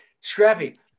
Scrappy